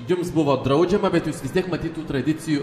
jums buvo draudžiama bet jūs vis tiek matyt tų tradicijų